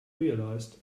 realised